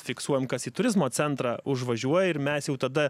fiksuojam kas į turizmo centrą užvažiuoja ir mes jau tada